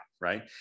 right